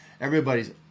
everybody's